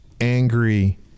angry